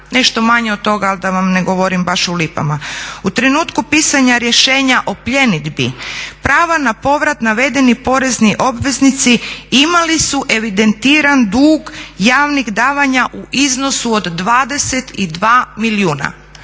nešto manje od toga ali da vam ne govorim baš u lipama. U trenutku pisanja rješenja o pljenidbi prava na povrat navedeni porezni obveznici imali su evidentiran dug javnih davanja u iznosu od 22 milijuna.